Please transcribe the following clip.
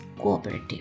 cooperative